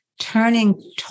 turning